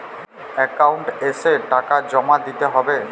Account এসে টাকা জমা দিতে হবে?